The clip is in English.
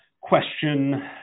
question